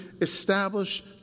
establish